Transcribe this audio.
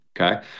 Okay